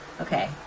Okay